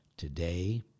today